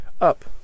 Up